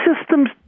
systems